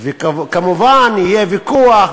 וכמובן יהיה ויכוח,